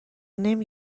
نمی